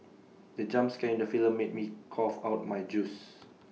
the jump scare in the film made me cough out my juice